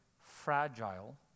fragile